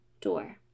door